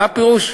מה פירוש?